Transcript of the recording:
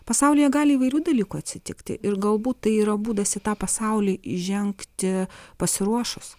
pasaulyje gali įvairių dalykų atsitikti ir galbūt tai yra būdas į tą pasaulį įžengti pasiruošus